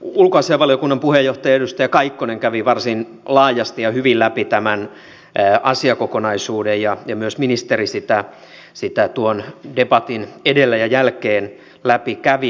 ulkoasiainvaliokunnan puheenjohtaja edustaja kaikkonen kävi varsin laajasti ja hyvin läpi tämän asiakokonaisuuden ja myös ministeri sitä tuon debatin edellä ja jälkeen läpi kävi